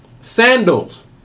Sandals